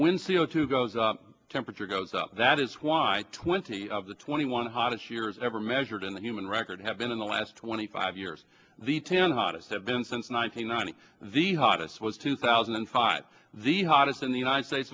when c o two goes temperature goes up that is why twenty of the twenty one hottest years ever measured in the human record have been in the last twenty five years the ten hottest have been since ninety nine and the hottest was two thousand and five the hottest in the united states